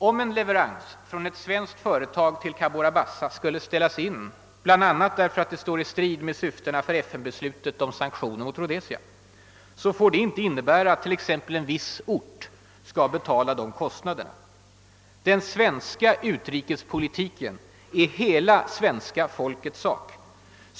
Om en leverans från ett svenskt företag till Cabora Bassa skulle inställas, bl.a. därför att den står i strid med syftena för FN-beslutet om sanktioner mot Rhodesia, så får det inte innebära att t.ex. en viss ort skall betala kostnaderna. Den svenska utrikespolitiken är hela svenska folkets sak.